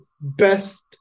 best